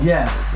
Yes